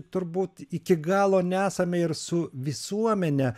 turbūt iki galo nesame ir su visuomene